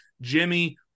Jimmy